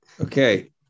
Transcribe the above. Okay